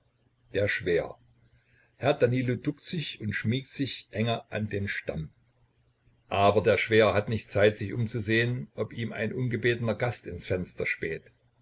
der schwäher herr danilo duckt sich und schmiegt sich enger an den stamm aber der schwäher hat nicht zeit sich umzusehen ob ihm ein ungebetener gast ins fenster späht